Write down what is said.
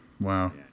Wow